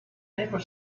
never